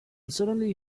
suddenly